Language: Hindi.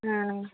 हाँ